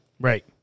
Right